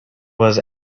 was